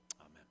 Amen